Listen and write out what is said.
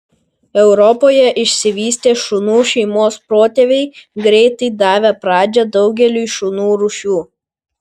europoje išsivystė šunų šeimos protėviai greitai davę pradžią daugeliui šunų rūšių